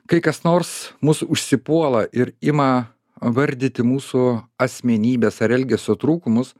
kai kas nors mus užsipuola ir ima vardyti mūsų asmenybės ar elgesio trūkumus